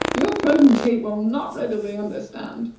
your potentate will not readily understand.